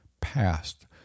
past